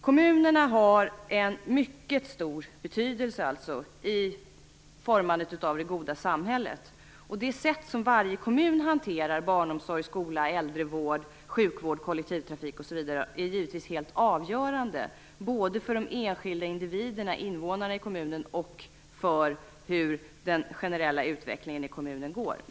Kommunerna har alltså en mycket stor betydelse i fråga om formandet av det goda samhället. Det sätt på vilket varje kommun hanterar barnomsorg, skola, äldrevård, sjukvård, kollektivtrafik osv. är givetvis helt avgörande både för de enskilda individerna, invånarna i kommunen, och för hur den generella utvecklingen i kommunen går.